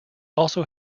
also